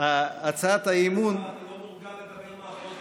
הצעת האי-אמון, השר, אתה לא מורגל לדבר מהפודיום.